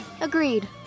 Agreed